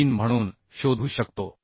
3 म्हणून शोधू शकतो